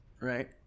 Right